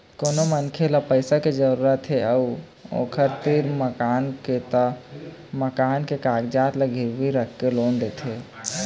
कोनो मनखे ल पइसा के जरूरत हे अउ ओखर तीर मकान के त मकान के कागजात ल गिरवी राखके लोन लेथे